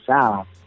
sound